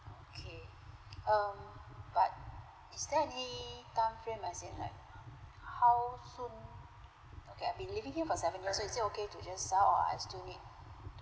okay um but is there any thumbprint as in like how soon okay I've been living here for seven years so is it okay to just sell or I still need